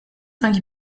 cinq